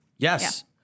Yes